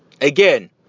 again